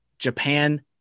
Japan